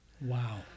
Wow